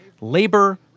labor